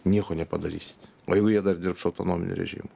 nieko nepadarysit o jeigu jie dar dirbs autonominiu režimu